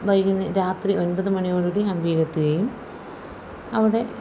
വൈകുന്നേരം രാത്രി ഒൻപത് മണിയോടുകൂടി ഹമ്പിയിലെത്തുകയും അവിടെ